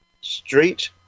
Street